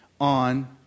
on